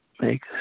Make